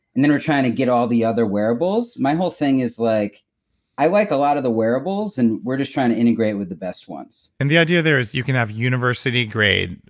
and then we're trying to get all the other wearables my whole thing is, like i like a lot of the wearables, and we're just trying to integrate with the best ones and the idea there is you can have university grade,